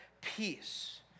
peace